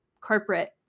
corporate